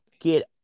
get